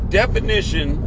definition